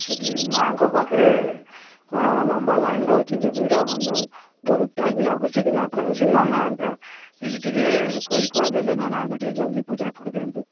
ସେଠି ମାଁଙ୍କ ପାଖରେ କଣ ଲମ୍ବା ଲାଇନ୍ ରହୁଛି କି ଭିଡ଼ କି ବହୁତ ଟାଇମ୍ ଲାଗୁଛି କି ନା କୌଣସି ନନା ହେରିକା କିଛି ଟିକିଏ କହିକୁହା ଦେଲେ ନହେଲେ ଆମେ ଟିକିଏ ଜଲ୍ଦି ପୂଜା କରିଦିଅନ୍ତେ